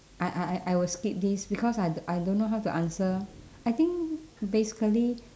I I I I will skip this because I d~ I don't know how to answer I think basically